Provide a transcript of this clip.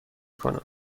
کنم